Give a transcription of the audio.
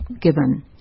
given